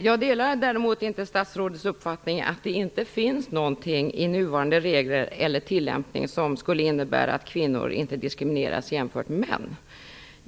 Jag delar däremot inte statsrådets uppfattning att det inte finns någonting i nuvarande regler eller tillämpning som skulle innebära att kvinnor inte diskrimineras jämfört med män.